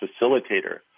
facilitator